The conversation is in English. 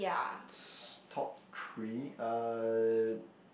s~ top three uh